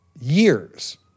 years